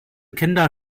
kinder